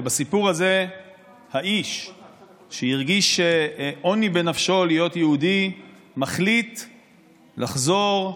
ובסיפור הזה האיש שהרגיש עוני בנפשו להיות יהודי מחליט לחזור,